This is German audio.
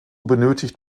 benötigt